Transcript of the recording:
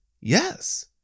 yes